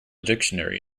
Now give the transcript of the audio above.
dictionary